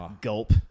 gulp